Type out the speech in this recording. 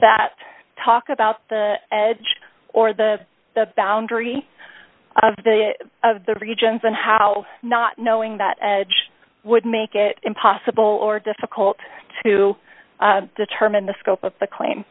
that talk about the edge or the the boundary of the of the regions and how not knowing that edge would make it impossible or difficult to determine the scope of the claim